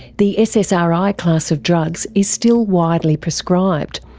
the ssri class of drugs is still widely prescribed,